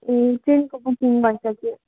ए ट्रेनको बुकिङ भइसक्यो